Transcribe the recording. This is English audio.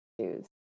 choose